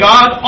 God